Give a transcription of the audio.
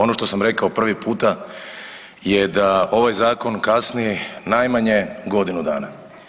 Ono što sam rekao prvi puta je da ovaj Zakon kasni najmanje godinu dana.